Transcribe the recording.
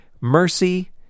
mercy